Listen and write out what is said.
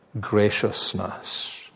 graciousness